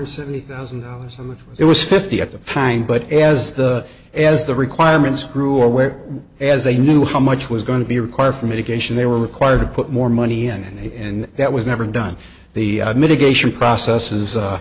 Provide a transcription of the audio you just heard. r seventy thousand dollars and it was fifty at the time but as the as the requirements grew aware as they knew how much was going to be required for mitigation they were required to put more money in and that was never done the mitigation processes is a